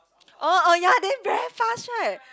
oh oh ya then very fast right